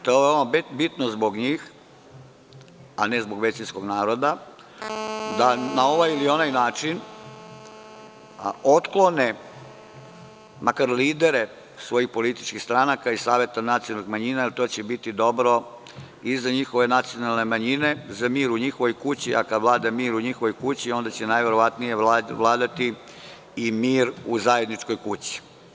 To je bitno zbog njih, a ne zbog većinskog naroda, da na ovaj ili onaj način otklone makar lidere svojih političkih stranaka i saveta nacionalnih manjina, jer to će biti dobro i za njihove nacionalne manjine, za mir u njihovoj, a kad vlada mir u njihovoj kući, onda će najverovatnije vladati i mir u zajedničkoj kući.